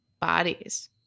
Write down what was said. bodies